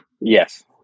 Yes